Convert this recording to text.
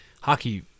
hockey